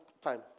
time